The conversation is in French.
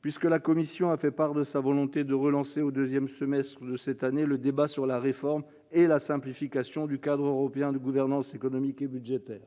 puisque la Commission a fait part de sa volonté de relancer au deuxième semestre de cette année le débat sur la réforme et la simplification du cadre européen de gouvernance économique et budgétaire.